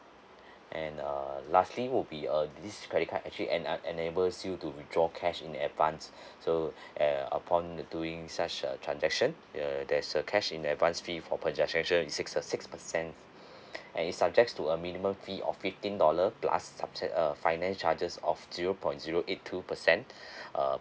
and err lastly will be uh this credit card actually en~ uh enables you to withdraw cash in advance so uh upon doing such a transaction the there's a cash in advance fee for per transaction is six per~ uh six percent and is subjects to a minimum fee of fifteen dollar plus subse~ uh finance charges of zero point zero eight two percent err